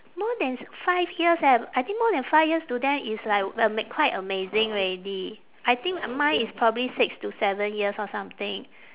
more than five years eh I think more than five years to them is like uh quite amazing already I think mine is probably six to seven years or something